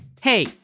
Hey